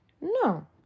No